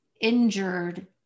injured